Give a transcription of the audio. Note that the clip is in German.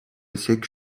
sechs